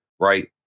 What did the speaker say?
right